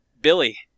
Billy